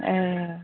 ए